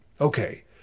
okay